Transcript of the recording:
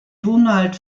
donald